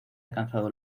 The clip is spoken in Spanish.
alcanzado